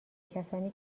کسانی